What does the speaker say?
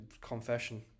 confession